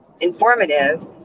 informative